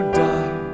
die